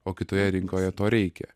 o kitoje rinkoje to reikia